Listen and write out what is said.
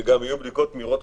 שגם יהיו בדיקות מהירות,